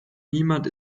niemand